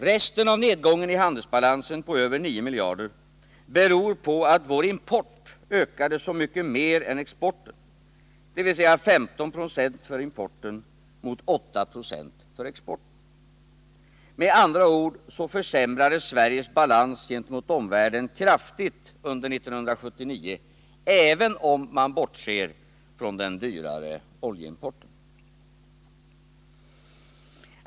Resten av nedgången i handelsbalansen på över 9 miljarder beror på att vår import ökade så mycket mer än exporten, dvs. 15 96 för importen mot 8 4 för exporten. Med andra ord så försämrades Sveriges balans gentemot omvärlden kraftigt under 1979 även om man bortser från den dyrare oljeimporten.